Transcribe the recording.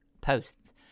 posts